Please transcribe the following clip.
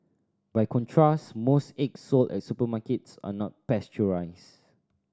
by contrast most eggs sold at supermarkets are not pasteurised